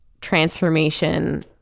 transformation